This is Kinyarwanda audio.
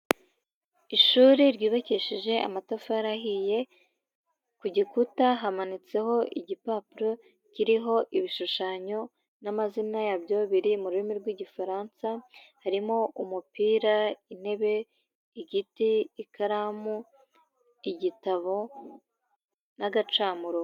Ishuri ryubakishije amatafari ahiye, ku gikuta hamanitseho igipapuro kiriho ibishushanyo n'amazina yabyo biri mu rurimi rw'Igifaransa, harimo umupira, intebe, igiti, ikaramu, igitabo n'agacamurongo.